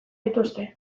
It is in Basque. dituzte